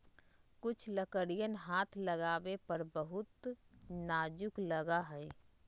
कुछ लकड़ियन हाथ लगावे पर बहुत नाजुक लगा हई